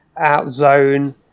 Outzone